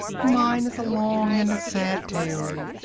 mine is a long and a sad tale!